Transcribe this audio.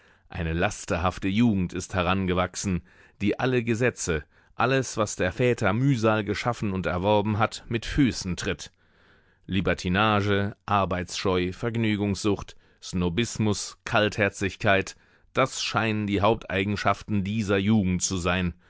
eine lasterhafte jugend ist herangewachsen die alle gesetze alles was der väter mühsal geschaffen und erworben hat mit füßen tritt libertinage arbeitsscheu vergnügungssucht snobismus kaltherzigkeit das scheinen die haupteigenschaften dieser jugend zu sein